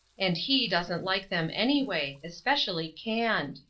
and he doesn't like them, anyway especially canned.